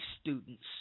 students